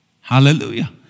Hallelujah